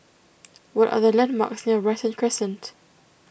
what are the landmarks near Brighton Crescent